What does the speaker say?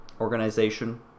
organization